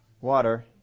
water